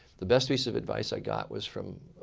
the best piece of advice i got was from